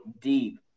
deep